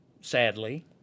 sadly